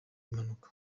impanuka